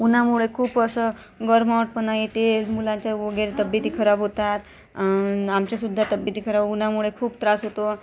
उन्हामुळे खूप असं गर्मावतपणा येते मुलाच्या वगैरे तब्येती खराब होतात आमच्या सुद्धा तब्येती खराब होऊन उन्हामुळे खूप त्रास होतो